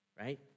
right